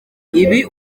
ibi